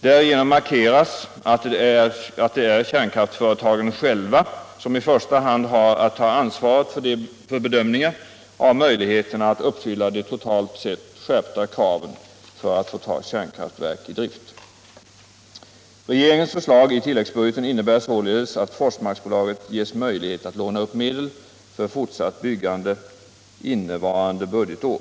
Därigenom mar 11 november 1976 keras att det är kärnkraftsföretagen själva som i första hand har att ta — ansvaret för bedömningar av möjligheterna att uppfylla de totalt sett Om den framtida skärpta kraven för att få ta kärnkraftverk i drift. sysselsättningen för Regeringens förslag i tilläggsbudgeten innebär således att Forsmarks — anställda vid bolaget ges möjlighet att låna upp medel för fortsatt byggande innekärnkraftsbyggen, varande budgetår.